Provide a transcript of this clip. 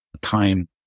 time